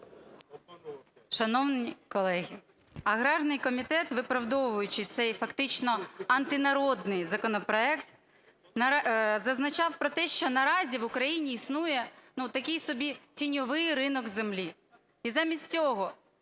Шановні колеги, аграрний комітет, виправдовуючи цей фактично антинародний законопроект, зазначав про те, що наразі в Україні існує такий собі тіньовий ринок землі і замість того,